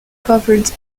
covered